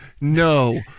No